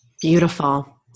Beautiful